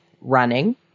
running